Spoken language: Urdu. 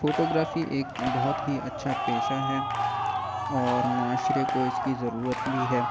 فوٹوگرافی ایک بہت ہی اچھا پیشہ ہے اور معاشرے کو اس کی ضرورت بھی ہے